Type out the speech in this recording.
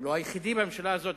הוא לא היחיד בממשלה הזאת,